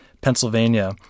Pennsylvania